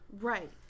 right